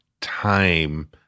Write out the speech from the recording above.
time